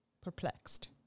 perplexed